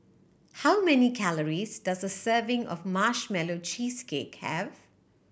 how many calories does a serving of Marshmallow Cheesecake have